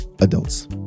adults